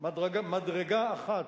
מדרגה אחת,